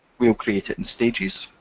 we will create it in stages,